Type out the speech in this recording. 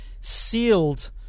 sealed